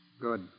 Good